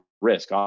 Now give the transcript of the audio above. risk